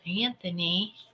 anthony